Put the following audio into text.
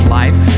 life